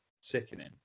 sickening